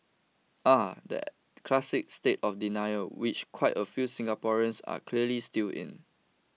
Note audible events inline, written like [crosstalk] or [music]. [hesitation] the classic state of denial which quite a few Singaporeans are clearly still in